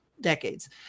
decades